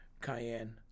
cayenne